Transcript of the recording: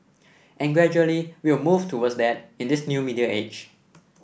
and gradually we'll move towards that in this new media age